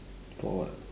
for what